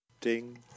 Ding